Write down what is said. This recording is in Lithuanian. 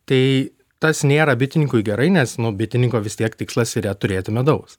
tai tas nėra bitininkui gerai nes nu bitininko vis tiek tikslas yra turėti medaus